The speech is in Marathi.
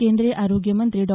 केंद्रीय आरोग्य मंत्री डॉ